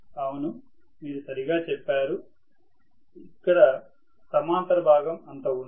అవును మీరు సరిగా చెప్పారు అక్కడ సమాంతర భాగం అంత ఉండదు